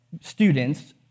students